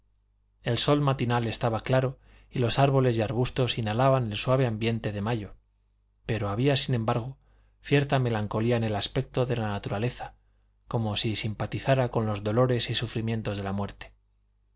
el sol matinal estaba claro y los árboles y arbustos inhalaban el suave ambiente de mayo pero había sin embargo cierta melancolía en el aspecto de la naturaleza como si simpatizara con los dolores y sufrimientos de la muerte